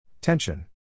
Tension